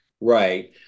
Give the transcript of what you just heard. Right